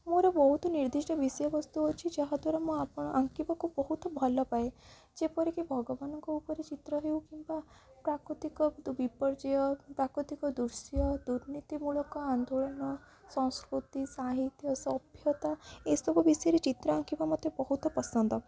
ମୋର ବହୁତ ନିର୍ଦ୍ଧିଷ୍ଟ ବିଷୟବସ୍ତୁ ଅଛି ଯାହା ଦ୍ୱାରା ମୁଁ ଆଙ୍କିବାକୁ ବହୁତ ଭଲପାଏ ଯେପରିକି ଭଗବାନଙ୍କ ଉପରେ ଚିତ୍ର ହେଉ କିମ୍ବା ପ୍ରାକୃତିକ ବିପର୍ଯ୍ୟୟ ପ୍ରାକୃତିକ ଦୃଶ୍ୟ ଦୁର୍ନୀତିମୂଳକ ଆନ୍ଦୋଳନ ସଂସ୍କୃତି ସାହିତ୍ୟ ସଭ୍ୟତା ଏସବୁ ବିଷୟରେ ଚିତ୍ର ଆଙ୍କିବା ମତେ ବହୁତ ପସନ୍ଦ